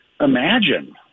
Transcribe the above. imagine